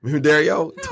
Dario